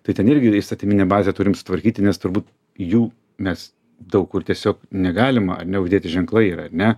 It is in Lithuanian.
tai ten irgi įstatyminę bazę turim sutvarkyti nes turbūt jų nes daug kur tiesiog negalima neuždėti ženklai yra ar ne